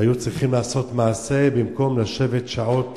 היו צריכים לעשות מעשה במקום לשבת שעות